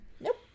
Nope